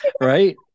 right